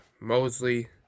Mosley